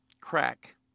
crack